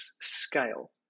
scale